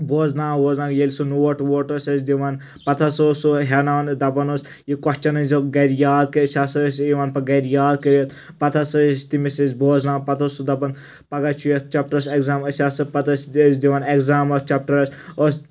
بوزناوان ووزناوان ییٚلہِ سُہ نوٹ ووٹ اوس اسہِ دِوان پَتہٕ ہَسا اوس سُہ ہیاناوان دَپان اوس یہِ کۄسچن أنۍ زیو گرِ یاد کٔرِتھ سُہ ہَسا ٲسۍ یوان پَتہِ گرِ یاد کٔرِتھ پَتہٕ ہَسا ٲسۍ تٔمس أسۍ بوزناوان پَتہٕ اوس سُہ دَپان پَگہ چھُ یتھ چپٹَرس ایگزام ٲسۍ أسۍ پَتہٕ دِوان ایگزام اتھ چَپٹرس ٲس